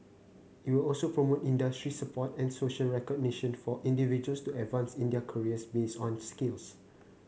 it will also promote industry support and social recognition for individuals to advance in their careers based on skills